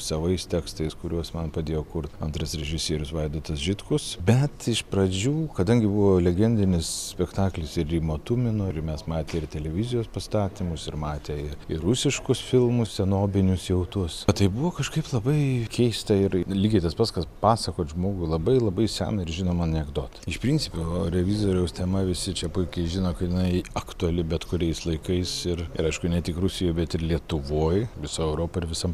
savais tekstais kuriuos man padėjo kurt antras režisierius vaidotas žitkus bet iš pradžių kadangi buvo legendinis spektaklis ir rimo tumino ir mes matę ir televizijos pastatymus ir matę ir rusiškus filmus senobinius jau tuos tai buvo kažkaip labai keista ir lygiai tas pats kas pasakot žmogui labai labai seną ir žinomą anekdotą iš principo o revizoriaus tema visi čia puikiai žino kad jinai aktuali bet kuriais laikais ir ir aišku ne tik rusijoj bet ir lietuvoj visoj europoj ir visam